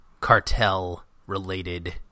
cartel-related